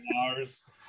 hours